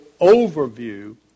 overview